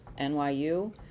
NYU